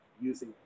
using